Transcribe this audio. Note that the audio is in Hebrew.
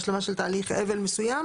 השלמה של תהליך אבל מסוים.